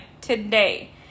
today